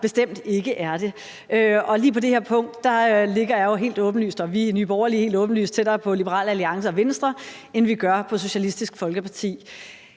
bestemt ikke er det. Lige på det her punkt ligger jeg og Nye Borgerlige jo helt åbenlyst tættere på Liberal Alliance og Venstre, end vi gør på Socialistisk Folkeparti.